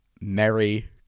Merry